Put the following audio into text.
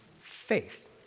Faith